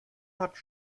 hat